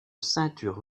ceintures